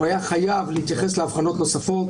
הוא היה חייב להתייחס להבחנות נוספות,